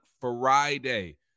Friday